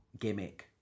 gimmick